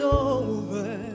over